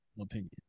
opinion